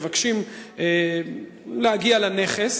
מבקשים להגיע לנכס